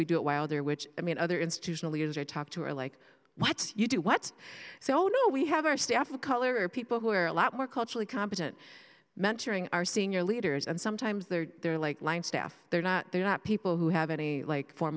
we do it while there which i mean other institutional leaders i talk to are like what you do what so do we have our staff of color or people who are a lot more culturally competent mentoring our senior leaders and sometimes they're they're like line staff they're not they're not people who have any like fo